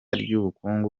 ry’ubukungu